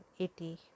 80